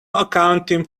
accounting